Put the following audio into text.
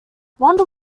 wonder